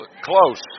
close